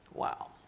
Wow